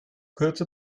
kurze